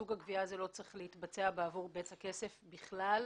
סוג הגבייה הזה לא צריך להתבצע בעבור בצע כסף בכלל,